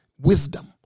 wisdom